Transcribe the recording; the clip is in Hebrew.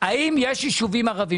גם ישובים ערביים.